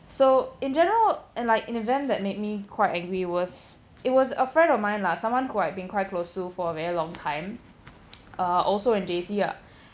so in general and like an event that made me quite angry was it was a friend of mine lah someone who I had been quite close to for a very long time uh also in J_C ah